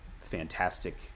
fantastic